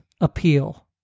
appeal